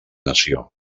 nació